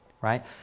right